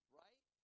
right